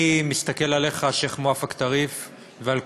אני מסתכל עליך, השיח' מואפק טריף,